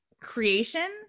creation